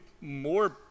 more